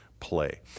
play